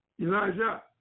Elijah